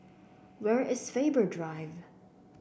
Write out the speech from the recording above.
where is Faber Drive